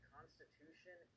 Constitution